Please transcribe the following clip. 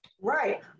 Right